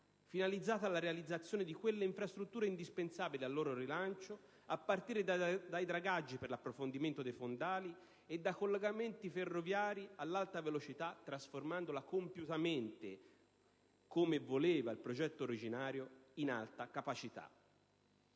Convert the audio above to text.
finalizzata alla realizzazione di quelle infrastrutture indispensabili al loro rilancio, a partire dai dragaggi per l'approfondimento dei fondali e dai collegamenti ferroviari all'Alta Velocità, trasformandola compiutamente - come voleva il progetto originario - in Alta Capacità.